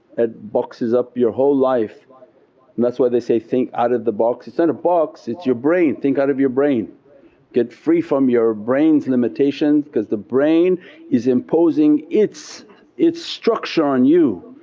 it boxes up your whole life and that's why they say, think out of the box it's not and a box it's your brain think out of your brain get free from your brain's limitations because the brain is imposing its its structure on you,